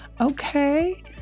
okay